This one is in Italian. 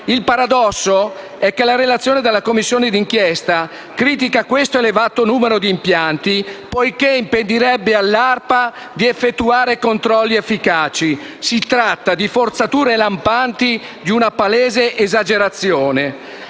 Il paradosso è che la relazione della Commissione d'inchiesta critica questo elevato numero di impianti poiché impedirebbe all'ARPA di effettuare controlli efficaci. Si tratta di forzature lampanti, di una palese esagerazione.